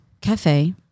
cafe-